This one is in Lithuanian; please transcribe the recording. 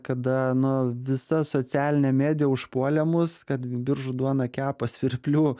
kada na visa socialinė medija užpuolė mus kad biržų duona kepa svirplių